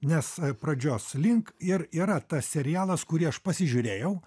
nes pradžios link ir yra tas serialas kurį aš pasižiūrėjau